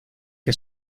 que